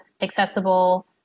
accessible